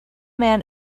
man